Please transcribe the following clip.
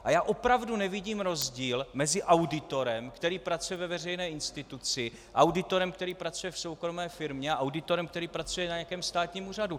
A já opravdu nevidím rozdíl mezi auditorem, který pracuje ve veřejné instituci, auditorem, který pracuje v soukromé firmě, a auditorem, který pracuje na nějakém státním úřadu.